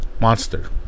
monster